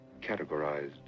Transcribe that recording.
categorized